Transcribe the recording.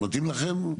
מתאים לכם?